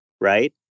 right